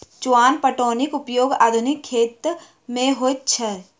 चुआन पटौनीक उपयोग आधुनिक खेत मे होइत अछि